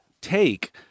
take